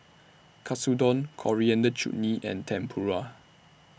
Katsudon Coriander Chutney and Tempura